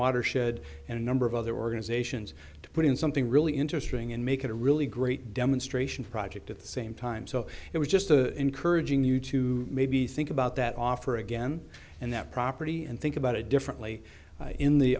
watershed and a number of other organizations to put in something really interesting and make it a really great demonstration project at the same time so it was just a encouraging you to maybe think about that offer again and that property and think about it differently in the